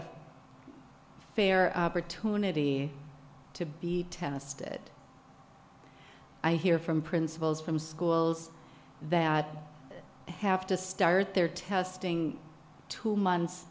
a fair opportunity to be tested i hear from principals from schools that have to start their testing months